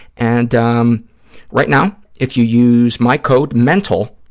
and um right now, if you use my code, mental,